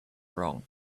wrong